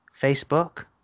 Facebook